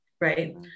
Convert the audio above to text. right